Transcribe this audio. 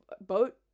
boat